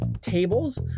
tables